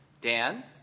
Dan